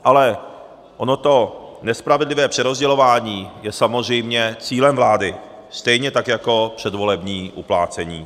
Ale ono to nespravedlivé přerozdělování je samozřejmě cílem vlády, stejně tak jako předvolební uplácení.